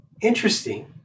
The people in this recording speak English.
Interesting